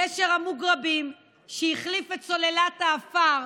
גשר המוגרבים, שהחליף את סוללת העפר,